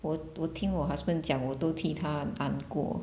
我我听我 husband 讲我都替他难过